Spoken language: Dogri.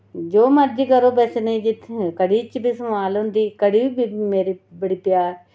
जो मर्जी करो बेसने कि इत्थैं कढ़ी च बी स्माल होंदी कढ़ी बी मेरी बड़ी प्यारी